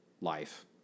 life